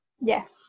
yes